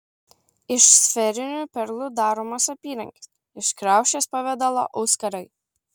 iš sferinių perlų daromos apyrankės iš kriaušės pavidalo auskarai